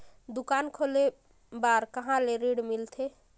दुकान खोले बार कहा ले ऋण मिलथे?